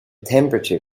temperature